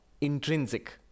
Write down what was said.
intrinsic